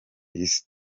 isi